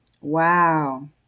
Wow